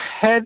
head